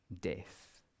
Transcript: death